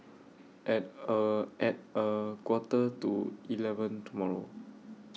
At A At A Quarter to eleven tomorrow